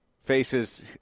faces